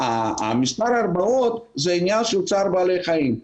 מספר ההרבעות זה עניין של צער בעלי חיים.